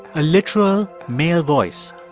a literal male voice.